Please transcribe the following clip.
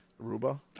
Aruba